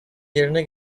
yerine